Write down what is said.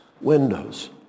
windows